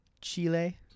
Chile